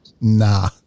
Nah